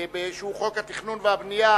חוק התכנון והבנייה